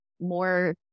More